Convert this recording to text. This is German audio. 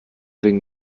wegen